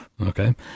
Okay